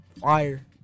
fire